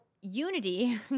Unity